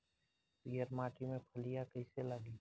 पीयर माटी में फलियां कइसे लागी?